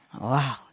Wow